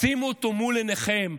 שימו אותו מול עיניכם,